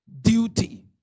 Duty